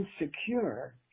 insecure